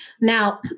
Now